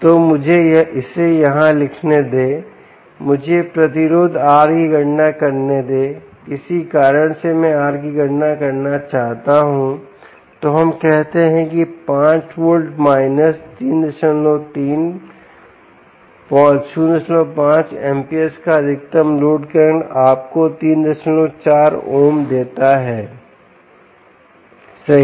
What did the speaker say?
तो मुझे इसे यहाँ लिखने दें मुझे प्रतिरोध R की गणना करने दें किसी कारण से मैं R की गणना करना चाहता हूं तो हम कहते हैं कि 5 वोल्ट माइनस 33 05 amps का अधिकतम लोड करंट आपको 34 ओम देता है सही